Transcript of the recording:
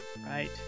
Right